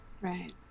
right